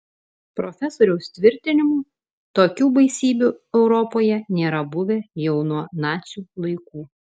profesoriaus tvirtinimu tokių baisybių europoje nėra buvę jau nuo nacių laikų